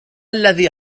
الذي